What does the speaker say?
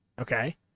Okay